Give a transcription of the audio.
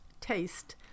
taste